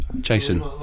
Jason